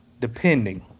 Depending